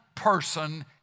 person